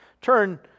Turn